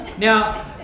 Now